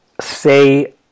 say